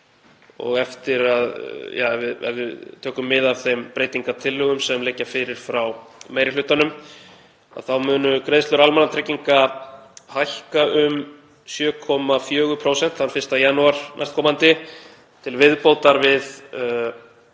ef við tökum mið af þeim breytingartillögum sem liggja fyrir frá meiri hlutanum, munu greiðslur almannatrygginga hækka um 7,4% þann 1. janúar næstkomandi til viðbótar við 3%